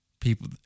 people